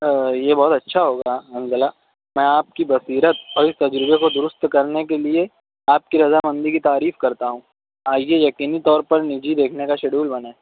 یہ بہت اچھا ہوگا حنظلہ میں آپ کی بصیرت اور اس تجربے کو درست کرنے کے لئے آپ کی رضا مندی کی تعریف کرتا ہوں آئیے یقینی طور پر نجی دیکھنے کا شڈیول بنائیں